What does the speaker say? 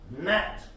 net